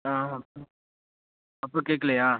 ஆ okay அப்போது கேக்கலையா